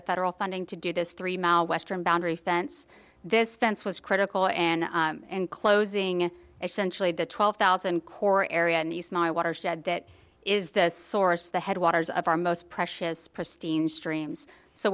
of federal funding to do this three mile western boundary fence this fence was critical and enclosing essentially the twelve thousand core area and use my watershed that is the source the headwaters of our most precious pristine streams so